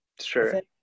Sure